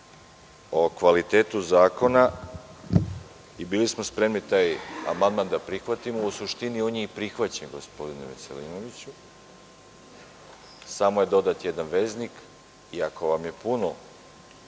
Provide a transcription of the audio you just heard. o kvalitetu zakona i bili smo spremni taj amandman da prihvatimo. U suštini, on je i prihvaćen, gospodine Veselinoviću, samo je dodat jedan veznik. Ako vam je puno